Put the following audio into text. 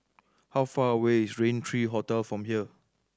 how far away is Rain Three Hotel from here